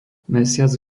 mesiac